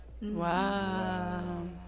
Wow